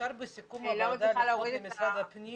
אם אפשר בסיכום הישיבה לקרוא למשרד הפנים